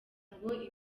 ngo